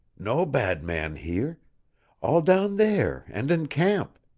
no bad man here all down there and in camp.